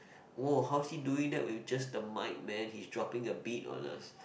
!woah! how's he doing that with just the mic man he's dropping a beat on us